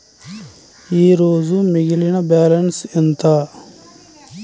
ఈరోజు మిగిలిన బ్యాలెన్స్ ఎంత?